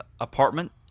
apartment